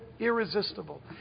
irresistible